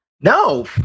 No